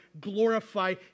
glorify